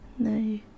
No